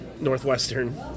Northwestern